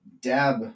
dab